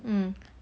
mm